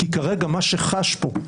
כי כרגע מה שחש פה,